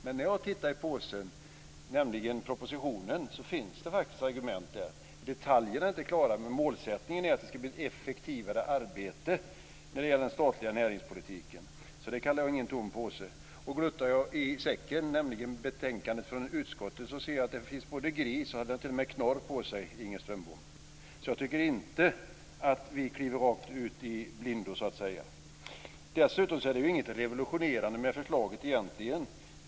Men när jag tittar i påsen, nämligen propositionen, finns det faktiskt argument där. Detaljerna är inte klara, men målsättningen är att det ska bli ett effektivare arbete när det gäller den statliga näringspolitiken. Det kallar jag inte för en tom påse. Och gluttar jag i säcken, nämligen betänkandet från utskottet, ser jag både att det finns gris och att den t.o.m. har knorr på sig, Inger Strömbom, så jag tycker inte att vi kliver rakt ut i blindo. Dessutom är det inget revolutionerande med förslaget egentligen.